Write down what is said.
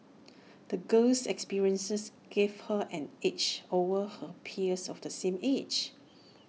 the girl's experiences gave her an edge over her peers of the same age